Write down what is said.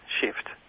shift